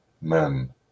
men